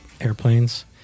airplanes